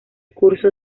curso